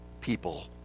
people